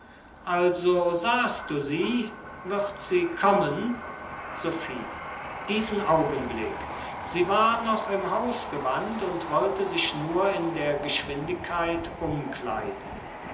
also sahst du sie wird sie kommen sophie diesen augenblick sie war noch im hausgewand und wollte sich nur in der geschwindigkeit umkleiden